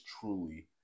truly